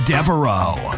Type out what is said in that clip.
Devereaux